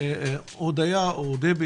הודיה או דבי